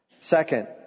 Second